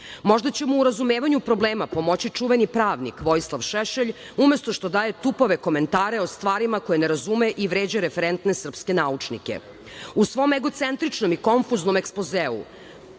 Možda će mu u razumevanju problema pomoći čuveni pravnik, Vojislav Šešelj umesto što daje tupave komentare o stvarima koje ne razume i vređa referente srpske naučnike.U svom egocentričnom i konfuznom ekspozeu